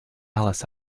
alice